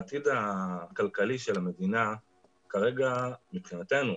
העתיד הכלכלי של המדינה כרגע מבחינתנו,